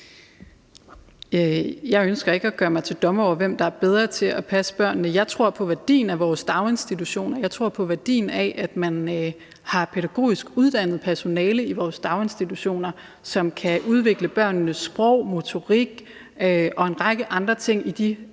Jeg ønsker ikke at gøre mig til dommer over, hvem der er bedst til at passe børnene. Jeg tror på værdien af vores daginstitutioner, og jeg tror på værdien af, at man har pædagogisk uddannet personale i vores daginstitutioner, som kan udvikle børnenes sprog, motorik og en række andre ting i de